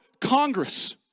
Congress